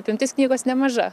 apimtis knygos nemaža